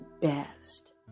best